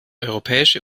europäische